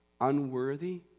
unworthy